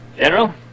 General